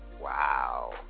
Wow